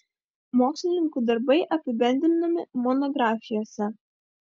mokslininkų darbai apibendrinami monografijose